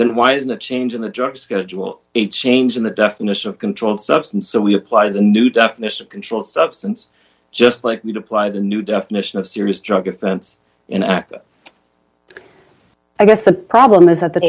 then why isn't a change in the drug schedule a change in the definition of controlled substance so we apply the new definition controlled substance just like me to apply the new definition of serious drug offense in act i guess the problem is that the